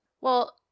Well-